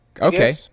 Okay